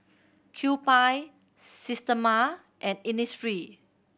Kewpie Systema and Innisfree